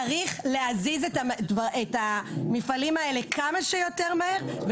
צריך להזיז את המפעלים האלה כמה שיותר מהר.